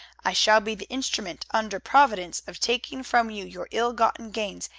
i shall be the instrument under providence of taking from you your ill-gotten gains,